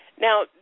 Now